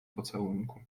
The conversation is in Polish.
pocałunku